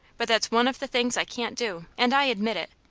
but that's one of the things i can't do, and i admit it.